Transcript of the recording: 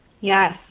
Yes